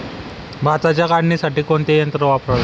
भाताच्या काढणीसाठी कोणते यंत्र वापरावे?